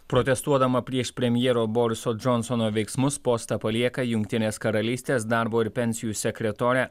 protestuodama prieš premjero boriso džonsono veiksmus postą palieka jungtinės karalystės darbo ir pensijų sekretorė